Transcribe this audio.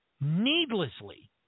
needlessly